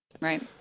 right